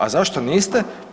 A zašto niste?